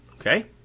Okay